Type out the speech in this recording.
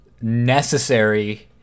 Necessary